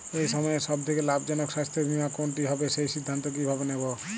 এই সময়ের সব থেকে লাভজনক স্বাস্থ্য বীমা কোনটি হবে সেই সিদ্ধান্ত কীভাবে নেব?